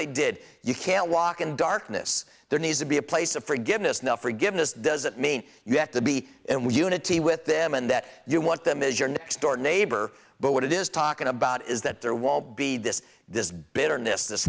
they did you can't walk in darkness there needs to be a place of forgiveness now forgiveness doesn't mean you have to be in with unity with them and that you want them as your next door neighbor but what it is talking about is that there won't be this this